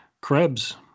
Krebs